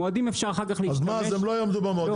מועדים אחר כך אפשר להשתמש -- נו אז הם לא עמדו בזמנים,